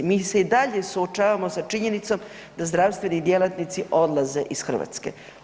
Mi se i dalje suočavamo sa činjenicom da zdravstveni djelatnici odlaze iz Hrvatske.